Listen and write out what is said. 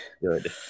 Good